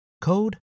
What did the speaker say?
code